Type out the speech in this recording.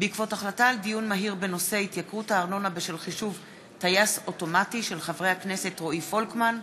בעקבות דיון מהיר בהצעתם של חברי הכנסת רועי פולקמן,